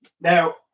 Now